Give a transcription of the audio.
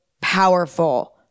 powerful